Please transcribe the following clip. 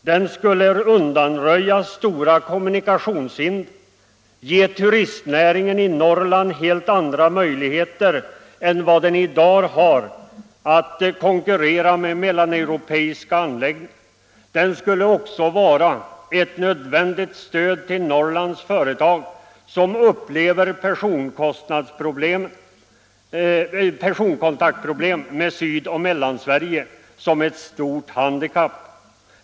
Den skulle undanröja stora kommunikationshinder och ge turistnäringen i Norrland helt andra möjligheter än i dag att konkurrera med mellaneuropeiska anläggningar. Den skulle också vara ett nödvändigt stöd till Norrlands företagare, som upplever problemen när det gäller personkontakter med Sydoch Mellansverige som ett stort handikapp.